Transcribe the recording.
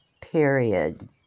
period